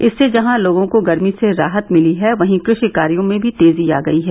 इससे जहां लोगों को गर्मी से राहत मिलि है वहीं कृषि कार्यो में भी तेजी आ गयी है